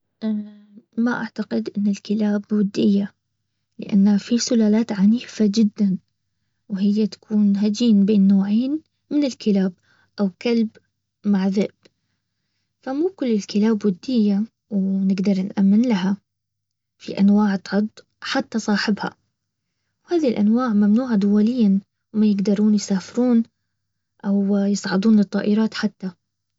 ما اعتقد ان الكلاب ودية. لانها في سلالات عنيفة جدا. وهي تكون هجين بين نوعين من الكلاب. او كلب مع ذئب فمو كل الكلاب ودية ونقدر نأمن لها، في انواع تعض حتى صاحبها وهذي الانواع ممنوعة دوليا ما يقدرون يسافرون او يصعدون الطائرات حتى